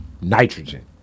nitrogen